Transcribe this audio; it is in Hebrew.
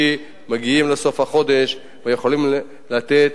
שבקושי מגיעים לסוף החודש ויכולים לתת